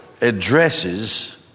addresses